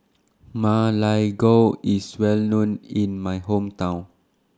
Ma Lai Gao IS Well known in My Hometown